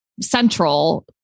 central